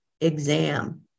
exam